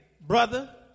brother